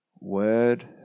Word